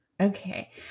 Okay